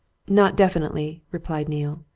not definitely, replied neale.